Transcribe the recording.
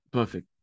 Perfect